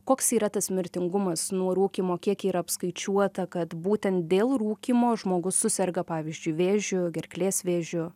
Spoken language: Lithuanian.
koks yra tas mirtingumas nuo rūkymo kiek yra apskaičiuota kad būtent dėl rūkymo žmogus suserga pavyzdžiui vėžiu gerklės vėžiu